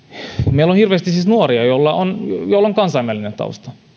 meillä on siis hirveästi nuoria joilla on kansainvälinen tausta